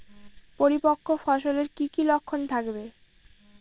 পরিপক্ক ফসলের কি কি লক্ষণ থাকবে?